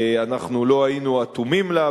אנחנו לא היינו אטומים לה,